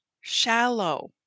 shallow